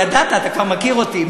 ידעת, אתה כבר מכיר אותי.